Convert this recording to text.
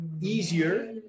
easier